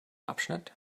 abschnitt